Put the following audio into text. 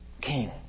king